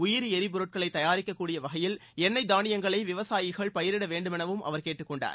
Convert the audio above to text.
உயிரி எரிப்பொருளை தயாரிக்கக்கூடிய வகையில் எண்ணெய் தானியங்களை விவசாயிகள் பயிரிட வேண்டுமெனவும் அவர் கேட்டுக்கொண்டார்